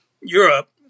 Europe